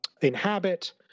inhabit